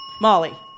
Molly